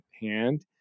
hand